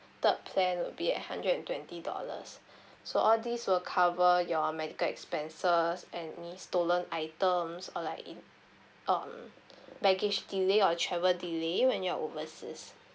third plan would be at hundred and twenty dollars so all these will cover your medical expenses any stolen items or like in um baggage delay or travel delay when you're overseas